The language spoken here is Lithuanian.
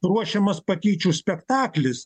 ruošiamas patyčių spektaklis